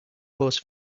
goes